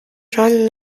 run